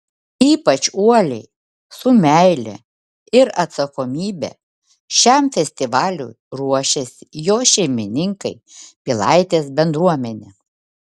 ypač uoliai su meile ir atsakomybe šiam festivaliui ruošiasi jo šeimininkai pilaitės bendruomenė